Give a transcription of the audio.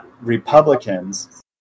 Republicans